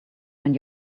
when